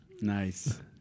Nice